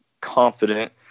confident